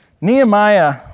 Nehemiah